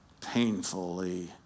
painfully